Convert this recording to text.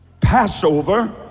Passover